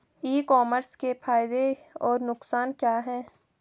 ई commerce के फायदे और नुकसान क्या हैं?